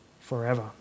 forever